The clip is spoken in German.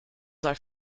sei